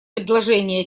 предложения